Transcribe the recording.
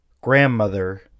grandmother